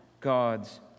God's